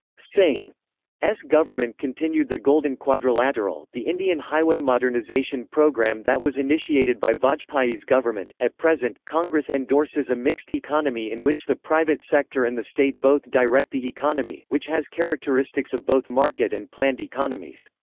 singh's government continued the golden quadrilateral, the indian highway modernisation program that was initiated by vajpayee's government at present, congress endorses a mixed economy in which the private sector and the state both direct the economy, which has characteristics of both market and planned economies.